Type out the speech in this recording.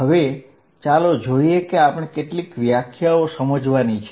હવે ચાલો જોઈએ કે આપણે કેટલીક વ્યાખ્યાઓ સમજવાની છે